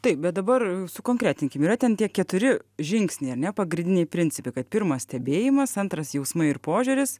taip bet dabar sukonkretinkim yra ten tie keturi žingsniai ar ne pagrindiniai principai kad pirmas stebėjimas antras jausmai ir požiūris